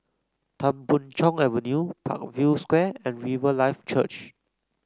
Tan Boon Chong Avenue Parkview Square and Riverlife Church